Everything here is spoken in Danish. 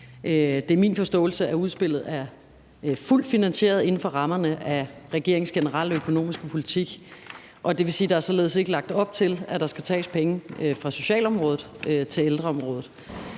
Det er min forståelse, at udspillet er fuldt finansieret inden for rammerne af regeringens generelle økonomiske politik, og det vil sige, at der således ikke er lagt op til, at der skal tages penge fra socialområdet til ældreområdet.